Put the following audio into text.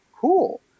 cool